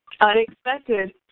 unexpected